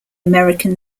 american